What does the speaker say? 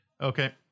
Okay